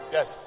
Yes